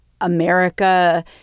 America